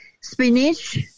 spinach